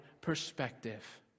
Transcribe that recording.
perspective